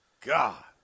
God